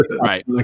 right